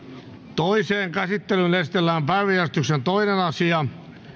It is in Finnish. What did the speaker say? toiseen käsittelyyn esitellään päiväjärjestyksen toinen asia